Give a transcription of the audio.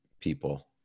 people